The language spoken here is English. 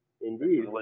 Indeed